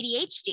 ADHD